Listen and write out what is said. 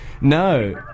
No